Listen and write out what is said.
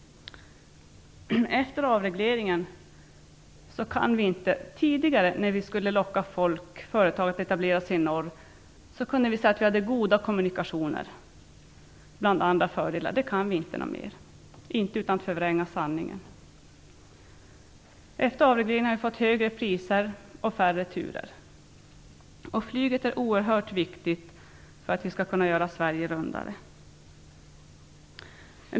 Tidigare, före avregleringen, när vi skulle locka företagare att etablera sig i norr kunde vi säga att vi hade goda kommunikationer, bland andra fördelar. Det kan vi inte längre - inte utan att förvränga sanningen. Efter avregleringen har priserna blivit högre och turerna färre. Flyget är oerhört viktigt för att vi skall kunna göra Sverige rundare.